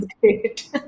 great